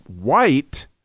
white